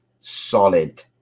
solid